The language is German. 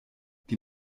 die